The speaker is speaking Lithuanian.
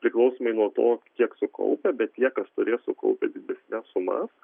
priklausomai nuo to kiek sukaupę bet tie kas turės sukaupę didesnes sumas